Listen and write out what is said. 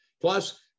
Plus